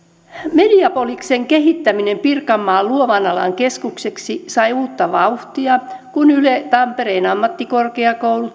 mediapoliksen kehittäminen pirkanmaan luovan alan keskukseksi sai uutta vauhtia kun yle tampereen ammattikorkeakoulu